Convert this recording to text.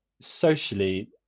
socially